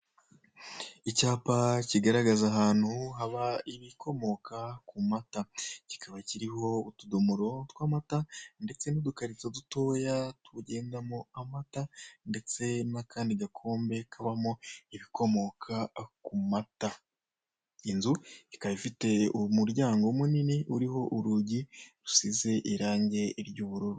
Icyapa kigaragaza ahantu haba ibikomoka ku mata kikaba kiriho utudomoro tw'amata ndetse n'akandi gakombe kabamo ibikomoka ku mata, inzu ikaba ifite umuryango munini uriho urugi rusize irange ry'ubururu.